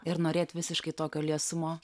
ir norėt visiškai tokio liesumo